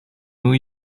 new